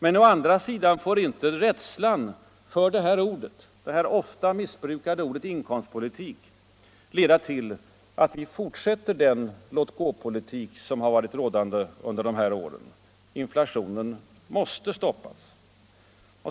Men å andra sidan får inte rädslan för detta ofta missbrukade ord leda till att vi fortsätter den låtgåpolitik som har varit rådande under senare år. Inflationen måste stoppas.